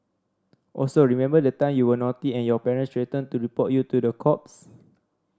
also remember the time you were naughty and your parents threatened to report you to the cops